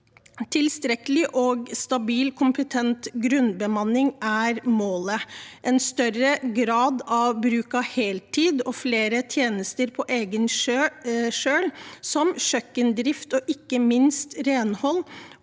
Tilstrekkelig og stabil kompetent grunnbemanning er målet. En større grad av bruk av heltid og flere tjenester på egen kjøl, som kjøkkendrift og ikke minst renhold,